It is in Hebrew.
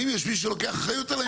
האם יש מי שלוקח אחריות על העניין?